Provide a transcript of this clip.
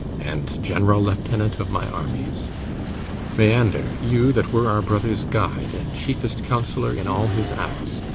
and general-lieutenant of my armies meander, you, that were our brother's guide, and chiefest counsellor in all his acts,